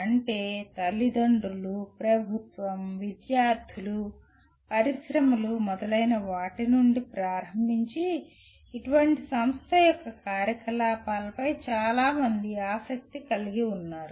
అంటే తల్లిదండ్రులు ప్రభుత్వం విద్యార్థులు పరిశ్రమలు మొదలైన వాటి నుండి ప్రారంభించి ఇటువంటి సంస్థ యొక్క కార్యకలాపాలపై చాలా మంది ఆసక్తి కలిగి ఉన్నారు